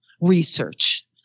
research